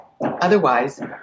Otherwise